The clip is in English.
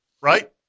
right